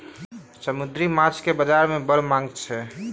समुद्री माँछक बजार में बड़ मांग अछि